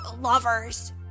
lovers